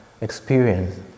experience